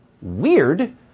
Weird